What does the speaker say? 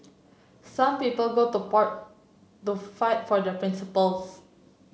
some people go to part to fight for the principles